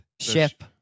ship